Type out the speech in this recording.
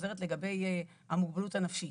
חוזרת לגבי המוגבלות הנפשית.